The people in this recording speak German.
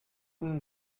den